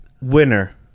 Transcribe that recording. Winner